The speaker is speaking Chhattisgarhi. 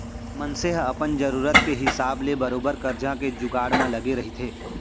मनसे ह अपन जरुरत के हिसाब ले बरोबर करजा के जुगाड़ म लगे रहिथे